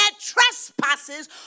trespasses